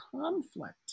conflict